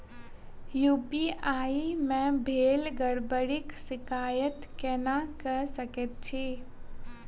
UPI मे भेल गड़बड़ीक शिकायत केना कऽ सकैत छी?